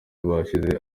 bashyize